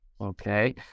okay